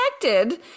connected